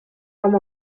com